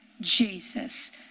Jesus